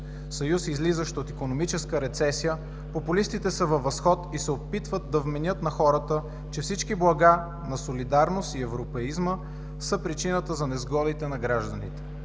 Съюз, излизащ от икономическа рецесия, популистите са във възход и се опитват да вменят на хората, че всички блага на солидарност и европеизмът са причината за несгодите на гражданите.